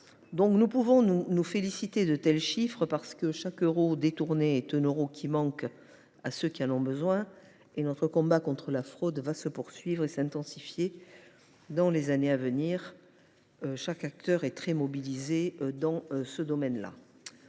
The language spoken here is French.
venir. Nous pouvons donc nous féliciter de tels chiffres. Parce que chaque euro détourné est un euro qui manque à ceux qui en ont besoin, notre combat contre la fraude va se poursuivre et s’intensifier dans les années à venir. Tous les acteurs sont très mobilisés. Je le